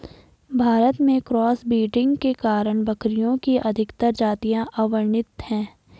भारत में cross breeding के कारण बकरियों की अधिकतर जातियां अवर्णित है